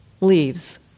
leaves